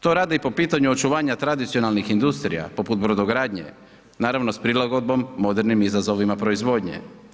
To rade i po pitanju očuvanja tradicionalnih industrija, poput brodogradnje, naravno s prilagodbom modernim izazovima proizvodnje.